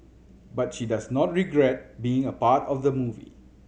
but she does not regret being a part of the movie